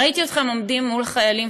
ראיתי אתכם עומדים מול חיילים,